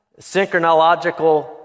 Synchronological